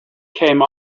came